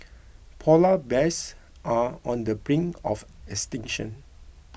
Polar Bears are on the brink of extinction